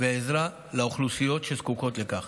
ועזרה לאוכלוסיות שזקוקות לכך.